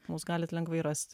mus galit lengvai rasti